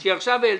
כן.